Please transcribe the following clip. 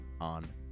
on